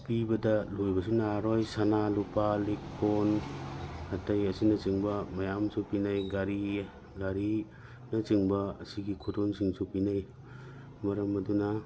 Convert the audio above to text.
ꯄꯤꯕꯗ ꯂꯣꯏꯕꯁꯨ ꯅꯥꯏꯔꯔꯣꯏ ꯁꯅꯥ ꯂꯨꯄꯥ ꯂꯤꯛ ꯀꯣꯟ ꯑꯇꯩ ꯑꯁꯤꯅ ꯆꯤꯡꯕ ꯃꯌꯥꯝꯁꯨ ꯄꯤꯅꯩ ꯒꯥꯔꯤ ꯒꯥꯔꯤꯅ ꯆꯤꯡꯕ ꯁꯤꯒꯤ ꯈꯨꯗꯣꯟꯁꯤꯡꯁꯨ ꯄꯤꯅꯩ ꯃꯔꯝ ꯑꯗꯨꯅ